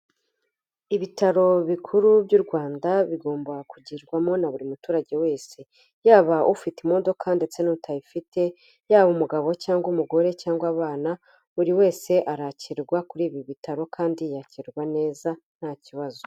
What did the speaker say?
Ibitaro bikuru by'u Rwanda bigomba kugirwamo na buri muturage wese, yaba ufite imodoka ndetse n'utayifite, yaba umugabo cyangwa umugore cyangwa abana, buri wese arakirwa kuri ibi bitaro kandi yakirwa neza ntakibazo.